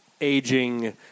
aging